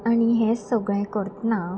आनी हें सगळें करतना